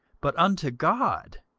but unto god.